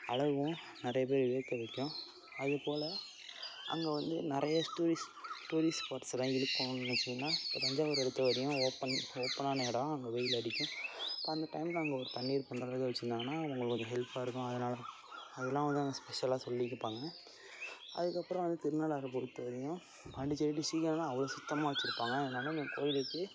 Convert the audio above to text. அழகும் நிறைய பேரை வியக்க வைக்கும் அதுபோல் அங்கே வந்து நிறைய டூரிஸ்ட் டூரிஸ்ட் ஸ்பாட்ஸெல்லாம் இருக்கும் பார்த்தீங்கன்னா இப்போ தஞ்சாவூரை பொறுத்த வரையும் ஓப்பன் ஓப்பனான இடம் அங்கே வெயில் அடிக்கும் இப்போ அந்த டைமில் அங்கே ஒரு தண்ணீர் பந்தல் எதுவும் வெச்சிருந்தாங்கன்னா அவங்களுக்கு ஒரு ஹெல்ப்பாக இருக்கும் அதனால் அதலாம் வந்து அங்கே ஸ்பெஷலாக சொல்லிப்பாங்க அதுக்கப்புறம் வந்து திருநள்ளாறை பொறுத்தவரையும் பாண்டிச்சேரி டிஸ்ட்ரிக்ட் என்னென்னா அவ்வளோ சுத்தமாக வெச்சிருப்பாங்க என்னென்னா இங்கே கோவில் இருக்குது